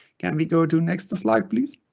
can we go to next slide please?